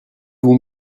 vous